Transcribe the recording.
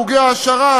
חוגי העשרה,